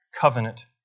covenant